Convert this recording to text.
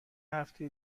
هفته